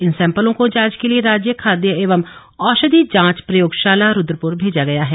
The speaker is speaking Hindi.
इन सैंपलों को जांच के लिए राज्य खाद्य एवं औषधि जांच प्रयोगशाला रुद्रपुर भेजा गया है